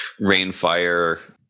rainfire